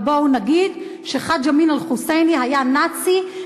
אבל בואו נגיד שחאג' אמין אל-חוסייני היה נאצי,